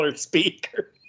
speaker